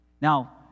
now